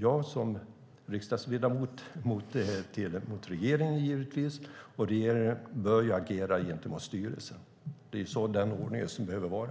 mig som riksdagsledamot givetvis riktas mot regeringen, och regeringen bör agera gentemot styrelsen. Det är den ordning som behöver vara.